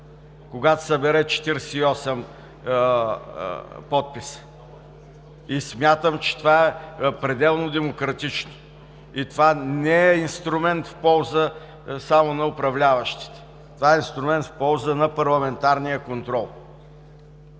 когато събере 48 подписа. Смятам, че това е пределно демократично и това не е инструмент в полза само на управляващите, това е инструмент в полза на парламентарния контрол